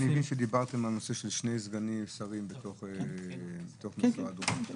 אני מבין שדיברתם על נושא של שני סגני שרים בתוך משרד ראש הממשלה.